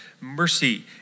mercy